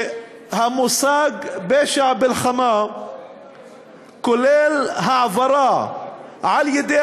שהמושג פשע מלחמה כולל העברה על-ידי